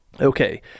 okay